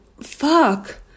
fuck